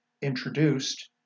introduced